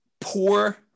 Poor